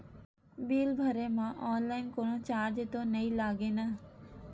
Bill भरे मा online कोनो चार्ज तो नई लागे ना?